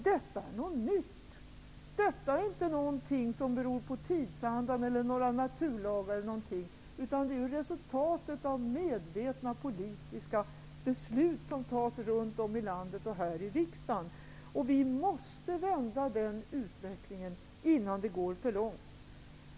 Detta är någonting nytt, och det beror inte på tidsandan, några naturlagar eller någonting annat, utan det är resultatet av politiska medvetna beslut som fattas runt om i landet och här i riksdagen. Vi måste vända den utvecklingen innan den går för långt.